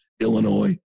Illinois